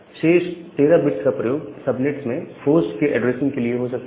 शेष 13 बिट्स का प्रयोग सबनेट्स में होस्ट के ऐड्रेसिंग के लिए हो सकता है